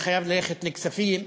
אני חייב ללכת לכספים,